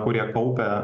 kurie kaupia